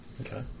Okay